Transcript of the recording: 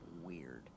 weird